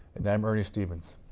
and i'm ernie stevens.